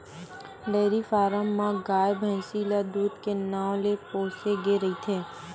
dairy farm म गाय, भइसी ल दूद के नांव ले पोसे गे रहिथे